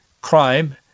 crime